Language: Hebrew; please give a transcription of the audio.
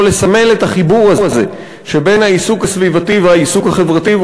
יכול לסמל את החיבור הזה שבין העיסוק הסביבתי והעיסוק החברתי,